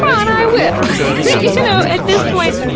fine, i will. you know, at this point,